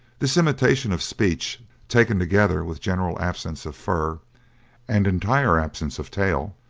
this imitation of speech, taken together with general absence of fur and entire absence of tail,